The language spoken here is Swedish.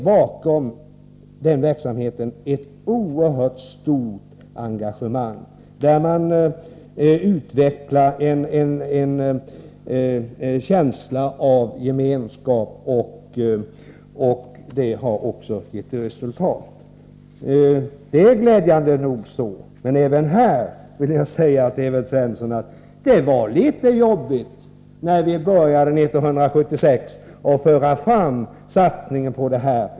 Bakom denna verksamhet ligger ett oerhört stort engagemang, där man utvecklar en känsla av gemenskap, och det har också gett resultat. Det är glädjande, men även här vill jag säga till Evert Svensson att det var litet jobbigt när vi 1976 började satsa på detta.